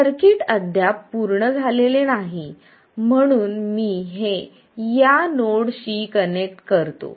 circuit अद्याप पूर्ण झाले नाही म्हणून मी हे या नोड शी कनेक्ट करतो